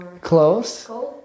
Close